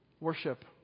Worship